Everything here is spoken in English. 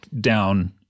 down –